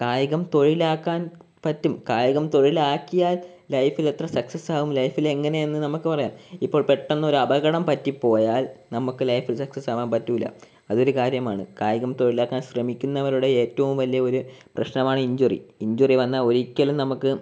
കായികം തൊഴിലാക്കാൻ പറ്റും കായികം തൊഴിലാക്കിയാൽ ലൈഫിൽ എത്ര സക്സസ് ആകും ലൈഫിൽ എങ്ങനെയെന്ന് നമുക്ക് പറയാം ഇപ്പോൾ പെട്ടെന്നൊരപകടം പറ്റിപോയാൽ നമുക്ക് ലൈഫിൽ സക്സസ് ആകാൻ പറ്റില്ല അതൊരു കാര്യമാണ് കായികം തൊഴിലാക്കാൻ ശ്രമിക്കുന്നവരുടെ ഏറ്റവും വലിയൊരു പ്രശ്നമാണ് ഇഞ്ചുറി ഇഞ്ചുറി വന്നാൽ ഒരിക്കലും നമുക്ക്